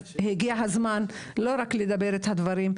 הגיע הזמן לא רק לדבר את הדברים,